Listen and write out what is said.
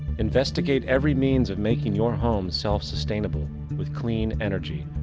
investigate every means of making your home self-sustainable with clean energy.